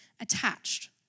attached